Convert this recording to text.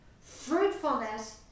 fruitfulness